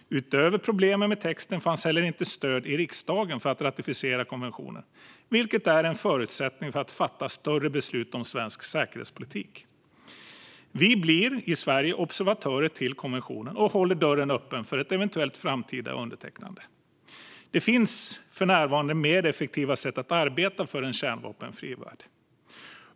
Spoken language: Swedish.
Utöver problemen med texten fanns heller inte stöd i riksdagen för att ratificera konventionen, vilket är en förutsättning för att fatta större beslut om svensk säkerhetspolitik. Vi blir i Sverige observatörer till konventionen och håller dörren öppen för ett eventuellt framtida undertecknande. Det finns för närvarande effektivare sätt att arbeta för en kärnvapenfri värld.